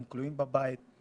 הם כלואים בבית,